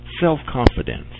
Self-confidence